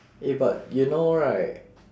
eh but you know right